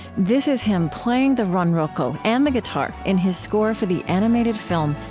this is him playing the ronroco and the guitar in his score for the animated film,